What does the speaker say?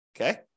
Okay